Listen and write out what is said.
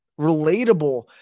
relatable